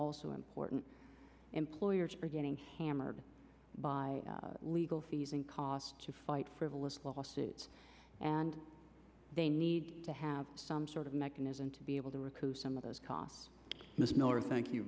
also important employers for getting hammered by legal fees and costs to fight frivolous lawsuit and they need to have some sort of mechanism to be able to recoup some of those costs